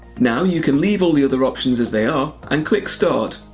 now you can leave all the other options as they are, and click start.